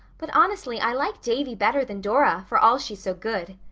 but honestly, i like davy better than dora, for all she's so good.